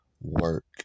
work